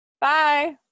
Bye